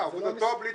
עבודתו בלי תוצאה.